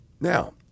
Now